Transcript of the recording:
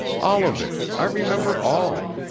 all of it, i remember all.